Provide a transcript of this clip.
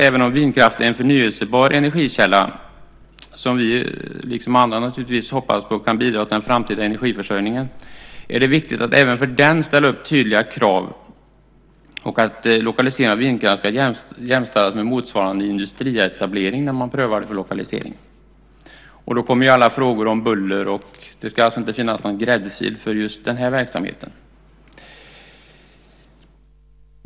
Även om vindkraft är en förnybar energikälla, som vi liksom andra naturligtvis hoppas kan bidra till den framtida energiförsörjningen, är det viktigt att även för den ställa upp tydliga krav och att lokalisering av vindkraftverk jämställs med motsvarande industrietablering vid en lokaliseringsprövning. Då kommer alla frågor om buller in. Det ska alltså inte finnas någon "gräddfil" för just den här verksamheten.